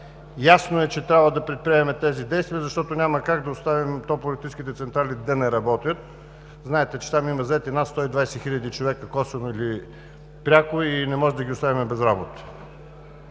Ясно е, че трябва да предприемем тези действия, защото няма как да оставим топлоелектрическите централи да не работят. Знаете, че там има заети над 120 хиляди човека, косвено или пряко, и не можем да ги оставим без работа.